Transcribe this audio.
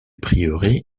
prieuré